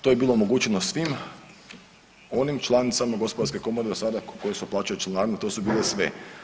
To je bilo omogućeno svim onim članicama gospodarske komore do sada koje su plaćale članarinu, to su bile sve.